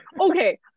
okay